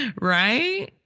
Right